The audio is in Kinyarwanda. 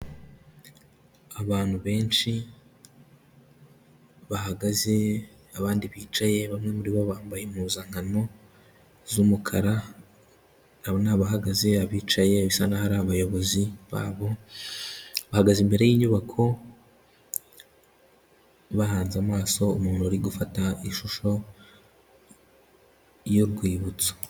Abantu benshi bahagaze abandi bicaye, bamwe muri bo bambaye impuzankano z'umukara, abo ni abahagaze abicaye bisa naho ari abayobozi babo, bahagaze imbere y'inyubako, bahanze amaso umuntu uri gufata ishusho y'urwibutso.